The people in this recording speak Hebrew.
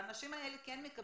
הרי האנשים האלה כן מקבלים